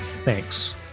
Thanks